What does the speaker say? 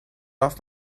off